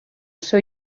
seu